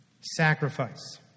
sacrifice